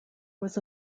was